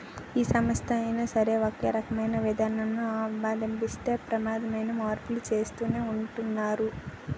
ఏ సంస్థ అయినా సరే ఒకే రకమైన విధానాలను అవలంబిస్తే ప్రమాదమని మార్పులు చేస్తూనే ఉంటున్నారు